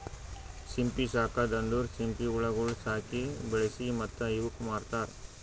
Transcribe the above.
ಸಿಂಪಿ ಸಾಕದ್ ಅಂದುರ್ ಸಿಂಪಿ ಹುಳಗೊಳ್ ಸಾಕಿ, ಬೆಳಿಸಿ ಮತ್ತ ಇವುಕ್ ಮಾರ್ತಾರ್